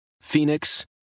Phoenix